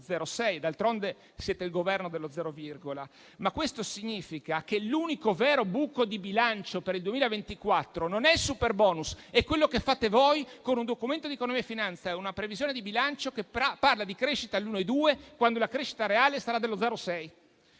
D'altronde, siete il Governo dello zero virgola. Ma questo significa che l'unico vero buco di bilancio per il 2024 non è il superbonus, ma è quello che fate voi con il Documento di economia e finanza e una previsione di bilancio che parla di crescita all'1,2 per cento quando la crescita reale sarà dello 0,6